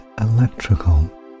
electrical